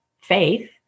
faith